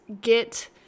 get